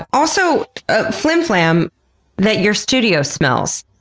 also flim flam that your studio smells.